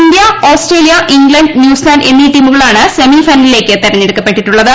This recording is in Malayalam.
ഇന്ത്യ ഓസ്ട്രേലിയ ഇംഗ്ലണ്ട് ന്യൂസിലന്റ് എന്നീ ടീമുകളാണ് സെമി ഫൈനലിലേക്ക് തെരഞ്ഞെടുക്കപ്പെട്ടിട്ടുള്ളത്